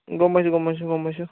গম পাইছোঁ গম পাইছোঁ গম পাইছোঁ